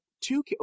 two